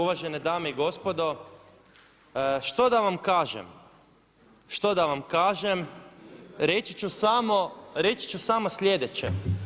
Uvažene dame i gospodo, što da vam kažem, što da vam kažem, reći ću samo slijedeće.